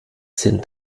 sind